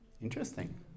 Interesting